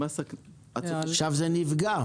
עכשיו זה נפגע.